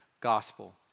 gospel